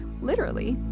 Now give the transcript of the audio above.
literally!